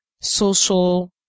social